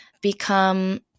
become